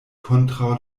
kontraŭ